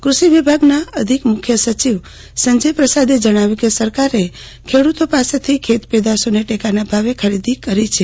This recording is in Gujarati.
કૃષિ વિભાગનાં અધિક મુખ્ય સચિવ સંજય પ્રસાદે જણાવ્યું કે સરકારે ખેડૂ તો પાસેથી ખેતપેદાશોને ટેકાના ભાવે ખરીદી કરી છે